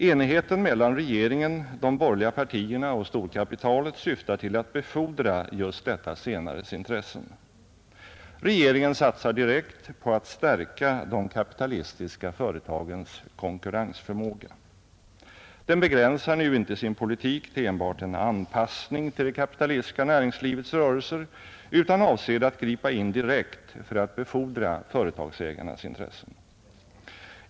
Enigheten mellan regeringen, de borgerliga partierna och storkapitalet syftar till att befordra detta senares intressen. Regeringen satsar direkt på att stärka de kapitalistiska företagens konkurrensförmåga. Den begränsar nu inte sin politik till enbart en anpassning till det kapitalistiska näringslivets rörelser utan avser att gripa in direkt för att befordra företagsägarnas intressen.